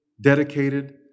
dedicated